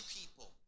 people